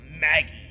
Maggie